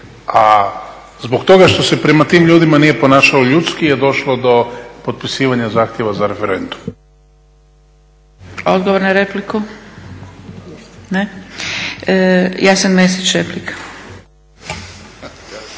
A zbog toga što se prema tim ljudima nije ponašalo ljudski je došlo do potpisivanja zahtjeva za referendum. **Zgrebec, Dragica (SDP)** Odgovor na repliku? Ne. Jasen Mesić, replika.